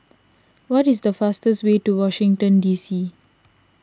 what is the fastest way to Washington D C